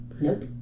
Nope